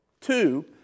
Two